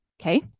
Okay